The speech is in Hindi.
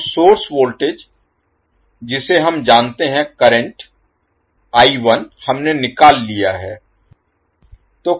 तो सोर्स वोल्टेज जिसे हम जानते हैं करंट हमने निकाल लिया है